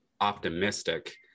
optimistic